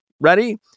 Ready